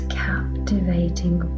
captivating